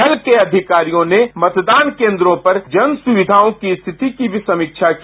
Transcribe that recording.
दल के अधिकारियों ने मतदान केन्द्रों पर जनसुविधाओं की स्थिति की भी समीक्षा की